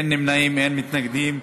אין נמנעים, אין מתנגדים.